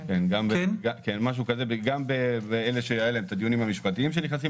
זה גם אלה שהיו להם את הדיונים המשפטיים שנכנסים